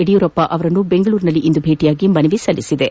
ಯಡಿಯೂರಪ್ಪ ಅವರನ್ನು ಬೆಂಗಳೂರಿನಲ್ಲಿಂದು ಭೇಟ ಮಾಡಿ ಮನವಿ ಸಲ್ಲಿಸಿತು